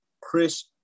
Chris